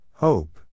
Hope